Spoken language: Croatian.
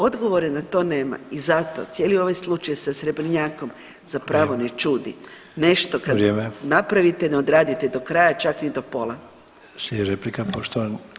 Odgovore na to nema i zato cijeli ovaj slučaj sa Srebrnjakom zapravo ne čudi, nešto kad napravite [[Upadica Sanader: Vrijeme.]] ne odradite do kraja, čak ni do pola.